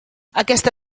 aquesta